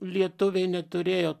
lietuviai neturėjo